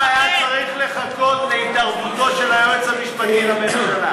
למה היה צריך לחכות להתערבותו של היועץ המשפטי לממשלה?